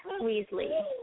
Weasley